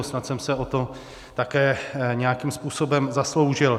Snad jsem se o to také nějakým způsobem zasloužil.